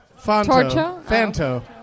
Fanto